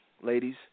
Ladies